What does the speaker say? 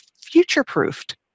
future-proofed